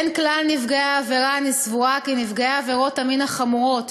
בין כלל נפגעי העבירה אני סבורה כי נפגעי עבירות המין החמורות,